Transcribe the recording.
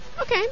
Okay